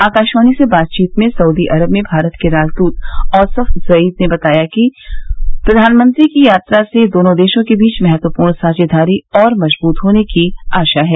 आकाशवाणी से बातचीत में सऊदी अरब में भारत के राजदृत औसफ जईद ने बताया कि प्रधानमंत्री की यात्रा से दोनों देशों के बीच महत्वपूर्ण साझेदारी और मजबूत होने की आशा है